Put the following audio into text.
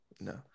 No